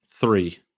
three